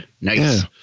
Nice